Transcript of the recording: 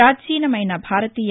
ప్రాచీనమైన భారతీయ